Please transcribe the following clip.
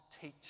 teach